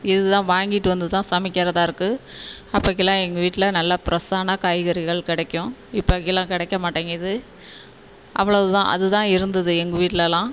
இது தான் வாங்கிட்டு வந்து தான் சமைக்கிறதா இருக்குது அப்பைக்கிலாம் எங்கள் வீட்டில் நல்ல ப்ரெஷ்ஷான காய்கறிகள் கிடைக்கும் இப்பைக்கிலாம் கிடைக்க மாட்டேங்கிறது அவ்வளவு தான் அதுதான் இருந்தது எங்கள் வீட்டிலலாம்